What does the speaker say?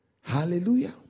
Hallelujah